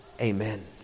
Amen